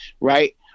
right